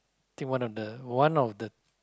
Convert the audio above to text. I think one of the one of the